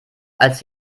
als